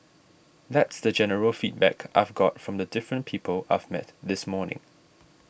that's the general feedback I've got from the different people I've met this morning